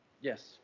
Yes